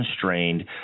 constrained